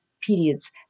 periods